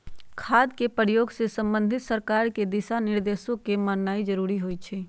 खाद के प्रयोग से संबंधित सरकार के दिशा निर्देशों के माननाइ जरूरी होइ छइ